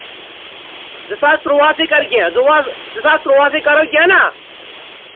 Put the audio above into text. زٕ ساس تُرٛوُہَسٕے کَر کینٛہہ زٕ ساس تُرٛوُہَسٕے کَرو کینٛہہ نہ